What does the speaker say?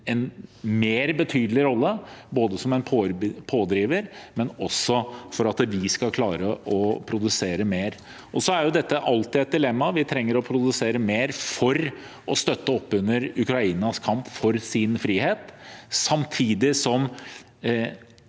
en mer betydelig rolle, som en pådriver og for at vi skal klare å produsere mer. Dette er alltid et dilemma: Vi trenger å produsere mer for å støtte opp under Ukrainas kamp for sin frihet, samtidig som